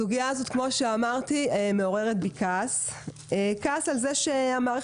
הסוגייה הזאת מעוררת בי כעס והכעס הוא על זה שהמערכת